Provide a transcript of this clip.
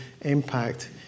impact